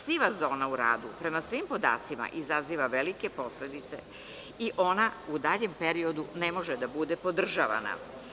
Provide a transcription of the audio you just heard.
Siva zona u radu prema svim podacima izaziva velike posledice i ona u daljem periodu ne može da bude podržavana.